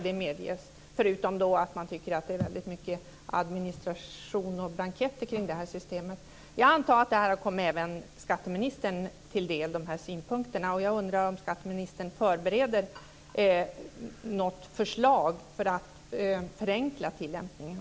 Dessutom tycker man att det är väldigt mycket administration och blanketter kring systemet. Jag antar att de här synpunkterna har kommit även skatteministern till del. Jag undrar om skatteministern förbereder något förslag för att förenkla tillämpningen.